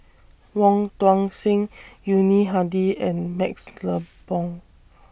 Wong Tuang Seng Yuni Hadi and MaxLe Blond